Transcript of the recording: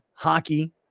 Hockey